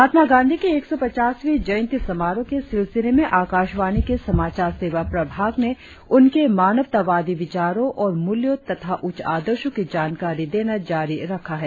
महात्मा गांधी की एक सौ पचासवीं जयंती समारोह के सिलसिले में आकाशवाणी के समाचार सेवा प्रभाग ने उनके मानवतावादी विचारों और मूल्यों तथा उच्च आदर्शों की जानकारी देना जारी रखा है